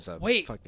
wait